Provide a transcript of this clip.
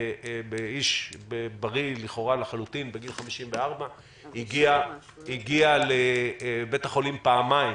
איש בריא לכאורה לחלוטין בגיל 54 הגיע לבית החולים פעמיים